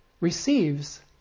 receives